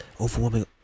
overwhelming